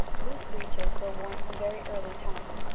loose breeches were worn from very early times,